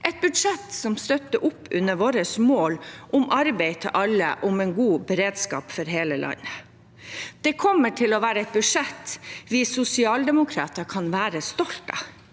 et budsjett som støtter opp under vårt mål om arbeid til alle og en god beredskap for hele landet. Det kommer til å være et budsjett vi sosialdemokrater kan være